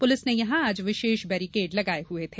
police ने यहां आज विशेष बैरीकेड लगाए हुए थे